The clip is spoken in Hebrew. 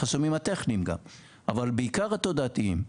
החסמים הטכניים גם אבל בעיקר התודעתיים.